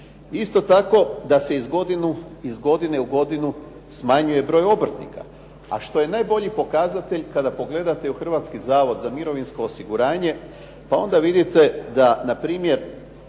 Isto tako, da se iz godine u godinu smanjuje broj obrtnika, a što je najbolji pokazatelj kada pogledate u Hrvatski zavod za mirovinsko osiguranje pa onda vidite da na primjer